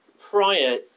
prior